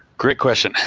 great question.